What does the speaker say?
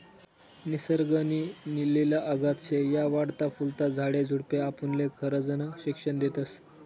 निसर्ग नी लिला अगाध शे, या वाढता फुलता झाडे झुडपे आपुनले खरजनं शिक्षन देतस